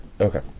Okay